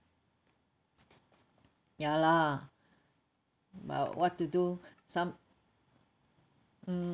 ya lah but what to do some mm